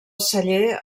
celler